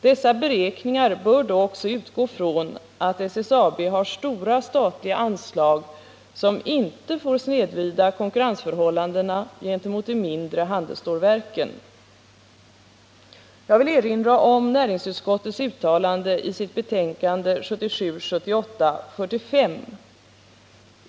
Dessa beräkningar bör då också utgå från att SSAB har stora statliga anslag som inte får snedvrida konkurrensförhållandena gentemot de mindre handelsstålverken. Jag vill erinra om näringsutskottets uttalande i betänkandet 1977/78:45.